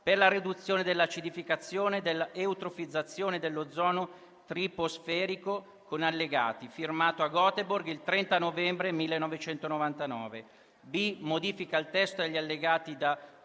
per la riduzione dell'acidificazione, dell'eutrofizzazione e dell'ozono troposferico, con allegati, firmato a Göteborg il 30 novembre 1999; *b*) Modifiche al testo e agli allegati da II a